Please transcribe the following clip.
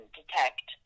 detect